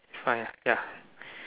it's fine ya